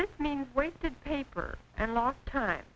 this means wasted paper and last time